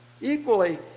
Equally